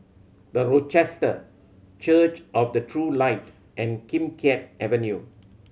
The Rochester Church of the True Light and Kim Keat Avenue